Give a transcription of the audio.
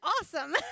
awesome